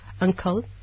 uncle